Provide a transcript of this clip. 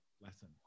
lesson